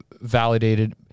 validated